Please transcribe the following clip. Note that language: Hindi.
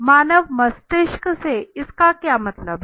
मानव मस्तिष्क से इसका क्या मतलब है